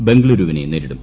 ബംഗളൂരുവിനെ നേരിടും